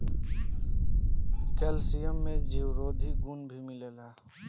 calcium में जीवरोधी गुण भी मिलेला